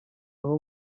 aho